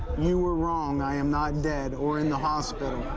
you were wrong. i am not dead or in the hospital.